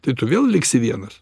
tai tu vėl liksi vienas